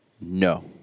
No